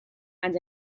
and